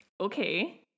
Okay